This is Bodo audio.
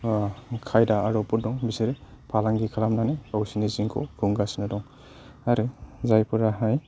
खायदा आदबफोर दं बिसोरो फालांगि खालामनानै गावसोरनि जिउखौ खुंगासिनो दं आरो जायफोराहाय